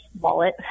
wallet